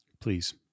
Please